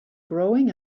growing